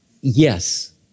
Yes